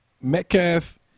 Metcalf